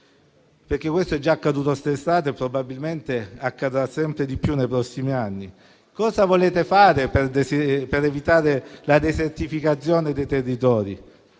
come è già accaduto questa estate e probabilmente accadrà sempre di più nei prossimi anni? Cosa volete fare per evitare la desertificazione dei territori?